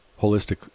holistic